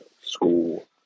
school